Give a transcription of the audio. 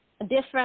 different